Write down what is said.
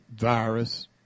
virus